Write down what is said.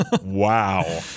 Wow